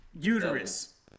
Uterus